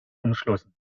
umschlossen